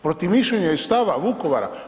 Protiv mišljenja i stava Vukovara?